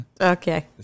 Okay